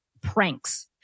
pranks